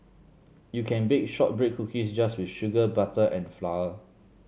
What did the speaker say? you can bake shortbread cookies just with sugar butter and flour